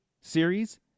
series